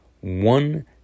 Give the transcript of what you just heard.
one